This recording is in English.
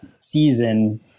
season